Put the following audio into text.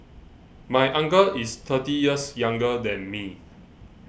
my uncle is thirty years younger than me